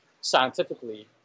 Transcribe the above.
scientifically